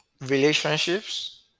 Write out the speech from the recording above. relationships